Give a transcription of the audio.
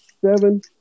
seven